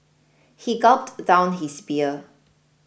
he gulped down his beer